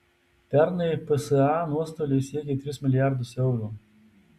pernai psa nuostoliai siekė tris milijardus eurų